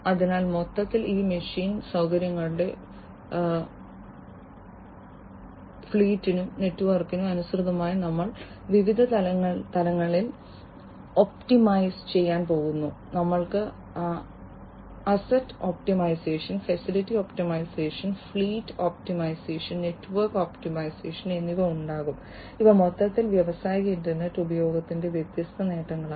അതിനാൽ മൊത്തത്തിൽ ഈ മെഷീൻ സൌകര്യങ്ങളുടെ ഫ്ലീറ്റിനും നെറ്റ്വർക്കിനും അനുസൃതമായി ഞങ്ങൾ വിവിധ തലങ്ങളിൽ ഒപ്റ്റിമൈസ് ചെയ്യാൻ പോകുന്നു ഞങ്ങൾക്ക് asset optimisation facility optimisation fleet optimisation network optimisation എന്നിവ ഉണ്ടാകും ഇവ മൊത്തത്തിൽ വ്യാവസായിക ഇന്റർനെറ്റ് ഉപയോഗത്തിന്റെ വ്യത്യസ്ത നേട്ടങ്ങളാണ്